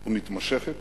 ומתמשכת